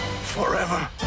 Forever